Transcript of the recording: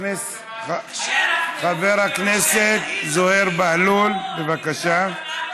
חבר הכנסת זוהיר בהלול, בבקשה.